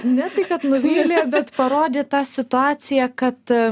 ne tai kad nuvylė bet parodė tą situaciją kad